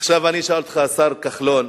עכשיו אני אשאל אותך, השר כחלון,